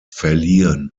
verliehen